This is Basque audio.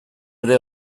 ere